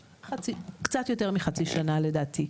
קצת יותר מחצי שנה לדעתי.